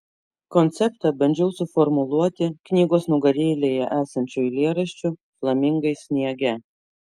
konceptą bandžiau suformuluoti knygos nugarėlėje esančiu eilėraščiu flamingai sniege